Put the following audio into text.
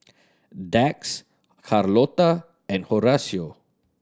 Dax Carlotta and Horacio